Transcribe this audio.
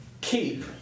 keep